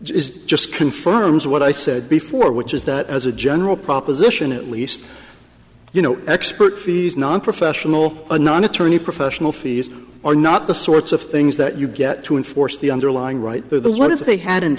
is just confirms what i said before which is that as a general proposition at least you know expert fees nonprofessional anon attorney professional fees are not the sorts of things that you get to enforce the underlying right there the what if they hadn't